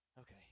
Okay